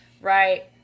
Right